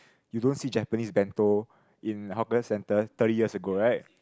you don't see Japanese bento in hawker centre thirty years ago right